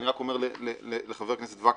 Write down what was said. אני רק אומר לחבר הכנסת וקנין,